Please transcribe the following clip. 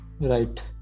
Right